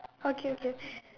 okay okay okay